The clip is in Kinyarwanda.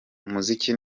umuziki